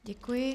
Děkuji.